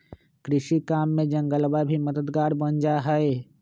कृषि काम में जंगलवा भी मददगार बन जाहई